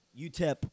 UTEP